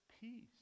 peace